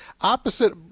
opposite